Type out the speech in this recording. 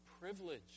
privilege